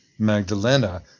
Magdalena